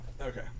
Okay